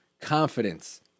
confidence